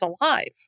alive